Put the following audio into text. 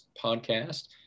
podcast